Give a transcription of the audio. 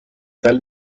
tal